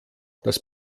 dass